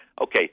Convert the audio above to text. okay